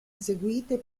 eseguite